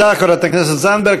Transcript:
תודה, חברת הכנסת זנדברג.